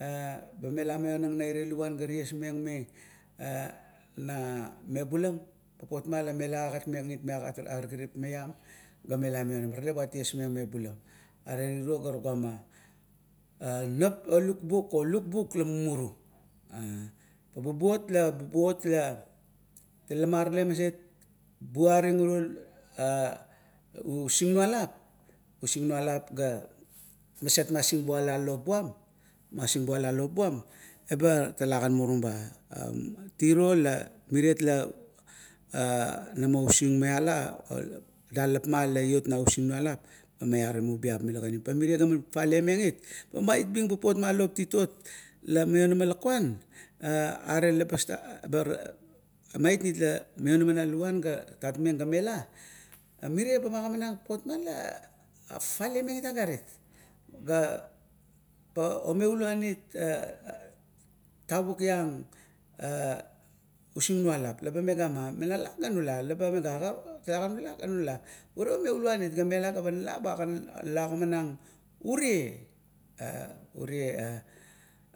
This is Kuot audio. A bamela ga maionang naire luvan ga tiesmeng, me na mebulam, papot mala maialam agarip maiam ga tale tiesmeng me bulam. Are tiro, ga tugama, a nap o lukbuk, o lukbuk la mumuru a. Pa bubuot la bubuot la tale marulo maset a buring uro usingnualap usiangnualap ga maset ma singbuala lop buam ba talagan murumba. Ere tirot la namo usingmaiala dalap ma. Laiot na usingnualap ba maiarim ubiap mila ganim. Pa mire laman fafalemeng it, ba maitming non lop titot la maiona lukuan, are mait nit la maionama na luvan ga mela, mere la magamanang papot ma la fafalemeng it agarit. Ga omeuluan it tavuk iang a usingnualap leba megaba nalat ga nula, ga nuluan let, ga bagan nala ogimanang ure